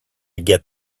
get